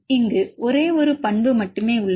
இங்கு ஒரே ஒரு பண்பு மட்டுமே உள்ளது